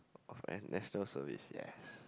of N National Service yes